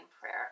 prayer